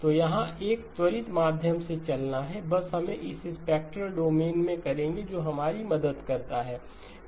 तो यहाँ एक त्वरित माध्यम से चलना है बस हम इसे स्पेक्ट्रल डोमेन में करेंगे जो हमारी मदद करता है